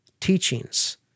teachings